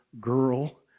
girl